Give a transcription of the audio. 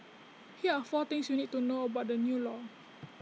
here are four things you need to know about the new law